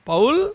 Paul